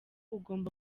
ugomba